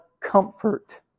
comfort